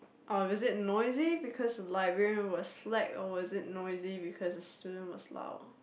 or was it noisy because the librarian was slack or was it noisy because the student was loud